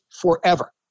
forever